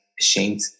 ashamed